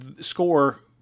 Score